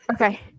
Okay